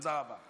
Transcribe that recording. תודה רבה.